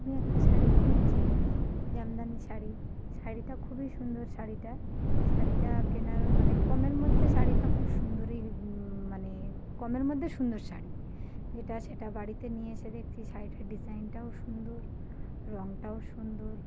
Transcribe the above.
আমি একটা শাড়ি কিনেছি জামদানি শাড়ি শাড়িটা খুবই সুন্দর শাড়িটা শাড়িটা কেনার মানে কমের মধ্যে শাড়িটা খুব সুন্দরই মানে কমের মধ্যে সুন্দর শাড়ি যেটা সেটা বাড়িতে নিয়ে এসে দেখছি শাড়িটার ডিজাইনটাও সুন্দর রঙটাও সুন্দর